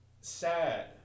sad